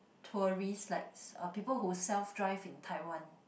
tourists likes people who self drive in Taiwan